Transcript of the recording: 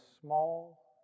small